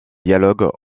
dialogues